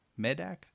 medak